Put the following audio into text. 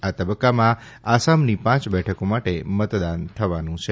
આ તબકકામાં આસામની પાંચ બેઠકો માટે મતદાન થવાનું છે